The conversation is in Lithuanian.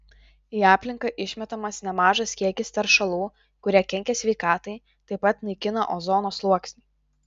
į aplinką išmetamas nemažas kiekis teršalų kurie kenkia sveikatai taip pat naikina ozono sluoksnį